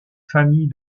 famille